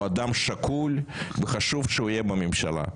הוא אדם שקול וחשוב שהוא יהיה בממשלה.